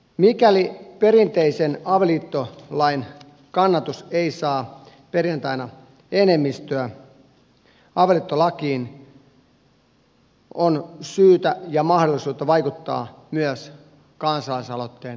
mikäli perinteisen avioliittolain kannatus ei saa perjantaina enemmistöä avioliittolakiin on syytä ja mahdollista vaikuttaa myös kansalaisaloitteen kautta